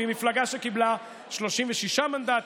ממפלגה שקיבלה 36 מנדטים,